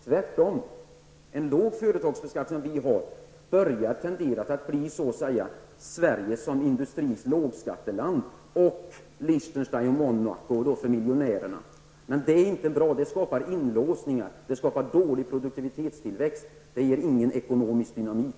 Tvärtom gör en så låg företagsbeskattning som vi har att Sverige kanske blir industrins lågskatteland, medan Lichtenstein och Monaco är för miljonärerna. Det är inte bra, för det skapar inlåsningar och dålig produktivitetstillväxt. Det ger ingen ekonomisk dynamik.